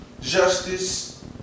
justice